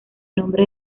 nombre